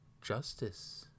justice